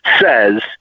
says